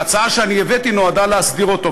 ההצעה שהבאתי נועדה להסדיר אותו,